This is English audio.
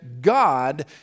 God